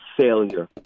failure